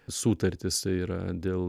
sutartis tai yra dėl